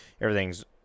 Everything's